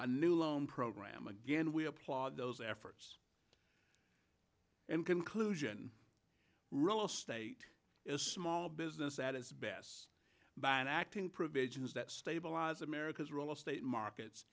a new loan program again we applaud those efforts and conclusion real estate is small business at its best by an acting provisions that stabilize america's role of state market